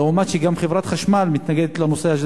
אף-על-פי שגם חברת חשמל מתנגדת לנושא הזה